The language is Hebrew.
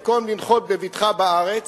במקום לנחות בבטחה בארץ,